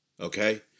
okay